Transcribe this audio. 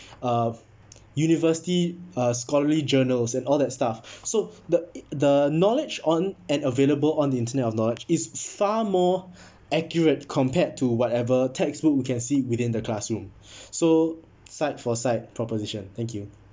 uh university uh scholarly journals and all that stuff so the the knowledge on and available on the internet of knowledge is far more accurate compared to whatever textbook we can see within the classroom so side for side proposition thank you